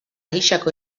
gisako